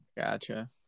Gotcha